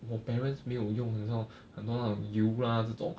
我 parents 没有用很说很多那种油 lah 这种